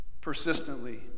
persistently